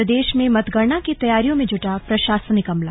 प्रदेश में मतगणना की तैयारियों में जुटा प्रशासनिक अमला